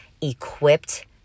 equipped